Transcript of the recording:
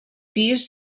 pis